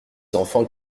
enfants